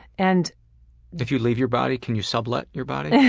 and if you leave your body, can you sublet your body? yeah